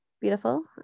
Beautiful